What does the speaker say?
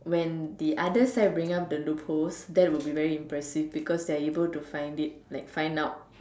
when the other side brings up the loopholes that would be very impressive because they're able to find it like find out